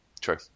True